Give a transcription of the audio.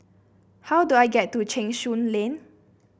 how do I get to Cheng Soon Lane